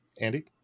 andy